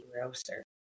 roaster